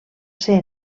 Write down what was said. ser